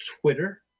Twitter